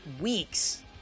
weeks